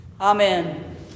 Amen